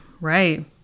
Right